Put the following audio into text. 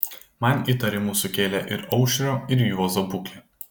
man įtarimų sukėlė ir aušrio ir juozo būklė